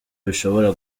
bishobora